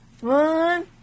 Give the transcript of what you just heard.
one